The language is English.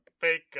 fake